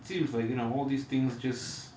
seems like you know all these things just